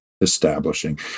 establishing